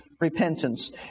repentance